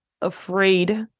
afraid